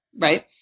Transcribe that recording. right